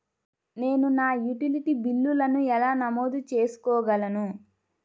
నేను నా యుటిలిటీ బిల్లులను ఎలా నమోదు చేసుకోగలను?